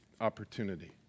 opportunity